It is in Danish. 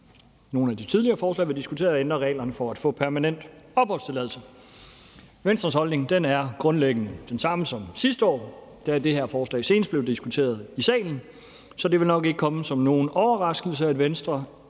nogle af de tidligere forslag, vi har diskuteret her, at ændre reglerne for at få permanent opholdstilladelse. Venstres holdning er grundlæggende den samme som sidste år, da det her forslag senest blev diskuteret i salen, så det vil nok ikke komme som nogen overraskelse, at Venstre